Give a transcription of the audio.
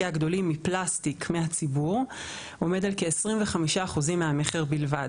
הגדולים מפלסטיק מהציבור עומד על כ-25% מהמחיר בלבד.